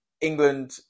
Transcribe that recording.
England